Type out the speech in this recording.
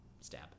Stab